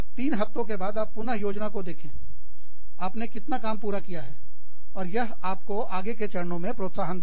तीन हफ्तों के बाद आप पुन योजना को देखें आपने कितना काम पूरा किया है और यह आपको आगे के चरणों में प्रोत्साहन देगा